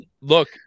look